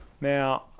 Now –